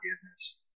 forgiveness